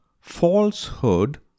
Falsehood